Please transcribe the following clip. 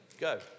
go